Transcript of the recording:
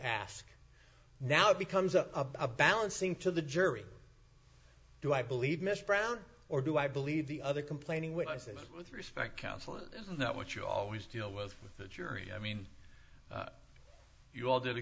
ask now it becomes a balancing to the jury do i believe mr brown or do i believe the other complaining when i say with respect counsel isn't that what you always deal with the jury i mean you all did a